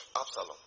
Absalom